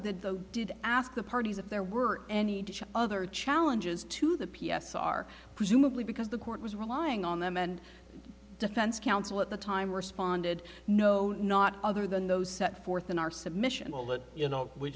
did though did ask the parties if there were any other challenges to the p s r presumably because the court was relying on them and defense counsel at the time responded no not other than those set forth in our submission all that you know we